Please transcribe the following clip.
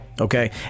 okay